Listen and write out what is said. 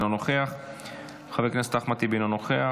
אינו נוכח,